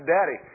Daddy